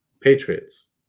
Patriots